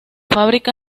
fábrica